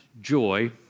joy